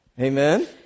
Amen